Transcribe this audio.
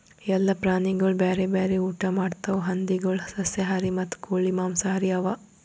ಎಲ್ಲ ಪ್ರಾಣಿಗೊಳ್ ಬ್ಯಾರೆ ಬ್ಯಾರೆ ಊಟಾ ಮಾಡ್ತಾವ್ ಹಂದಿಗೊಳ್ ಸಸ್ಯಾಹಾರಿ ಮತ್ತ ಕೋಳಿ ಮಾಂಸಹಾರಿ ಅವಾ